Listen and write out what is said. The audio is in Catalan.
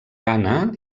ghana